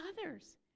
others